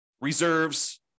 reserves